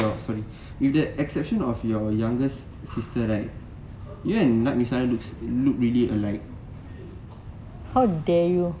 oh sorry if that with the exception of your youngest sister right you and nat miasarah me say looks look really alike